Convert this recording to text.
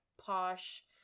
posh